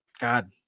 God